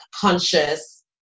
conscious